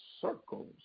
circles